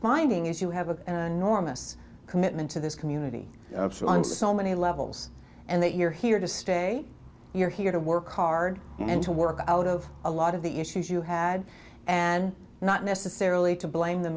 finding is you have a normal commitment to this community on so many levels and that you're here to stay you're here to work hard and to work out of a lot of the issues you had and not necessarily to blame the